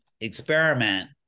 experiment